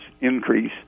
increase